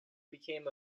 became